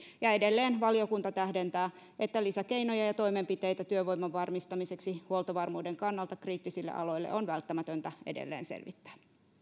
edelleen valiokunta tähdentää että lisäkeinoja ja toimenpiteitä työvoiman varmistamiseksi huoltovarmuuden kannalta kriittisille aloille on välttämätöntä edelleen selvittää